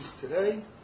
today